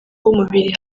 umubiri